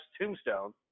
tombstone